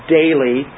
daily